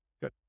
good